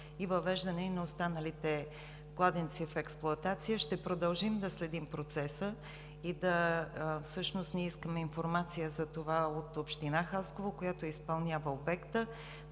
и въвеждане и на останалите кладенци в експлоатация. Ще продължим да следим процеса. Ние искаме информация за това от Община Хасково, която изпълнява обекта.